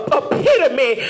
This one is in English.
epitome